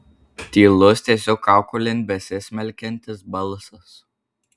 tylus tiesiog kaukolėn besismelkiantis balsas